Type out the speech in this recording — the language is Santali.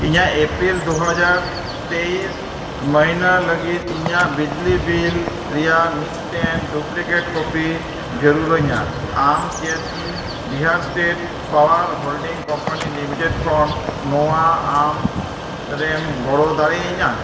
ᱤᱧᱟᱹᱜ ᱮᱯᱨᱤᱞ ᱫᱩ ᱦᱟᱡᱟᱨ ᱛᱮᱭᱤᱥ ᱢᱟᱹᱦᱱᱟᱹ ᱞᱟᱹᱜᱤᱫ ᱤᱧᱟᱹᱜ ᱵᱤᱡᱽᱞᱤ ᱵᱤᱞ ᱨᱮᱱᱟᱜ ᱢᱤᱫᱴᱮᱱ ᱰᱩᱯᱞᱤᱠᱮᱴ ᱠᱚᱯᱤ ᱡᱟᱹᱨᱩᱲᱟᱹᱧᱟᱹ ᱟᱢ ᱪᱮᱫ ᱤᱧ Bihar state power holding company limited ᱠᱷᱚᱱ ᱱᱚᱣᱟ ᱧᱟᱢ ᱨᱮᱢ ᱜᱚᱲᱚ ᱫᱟᱲᱮᱭᱟᱹᱧᱟᱹ